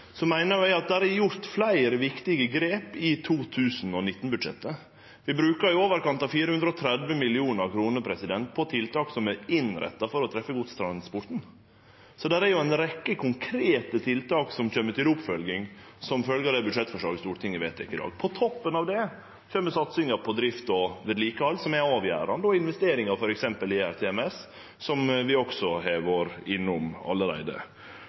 Så meiner eg det er gjort fleire viktige grep i 2019-budsjettet. Vi brukar i overkant av 430 mill. kr på tiltak som er innretta for å treffe godstransporten, så det er ei rekkje konkrete tiltak som kjem til oppfølging som følgje av det budsjettforslaget Stortinget vedtek i dag. På toppen av det kjem satsinga på drift og vedlikehald, som er avgjerande, og investeringar f.eks. i ERTMS, som vi har vore innom allereie.